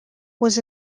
was